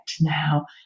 now